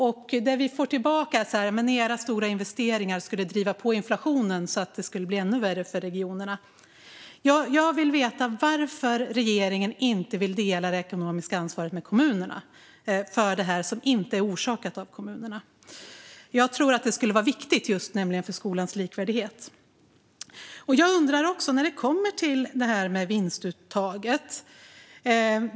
Men det vi får höra är att våra stora investeringar i stället skulle driva på inflationen, så att det skulle bli ännu värre för regionerna. Jag vill veta varför regeringen inte vill dela det ekonomiska ansvaret med kommunerna för det som inte är orsakat av kommunerna. Jag tror nämligen att detta skulle vara viktigt för skolans likvärdighet. Jag undrar också över något när det kommer till vinstuttaget.